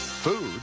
Food